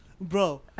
Bro